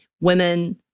Women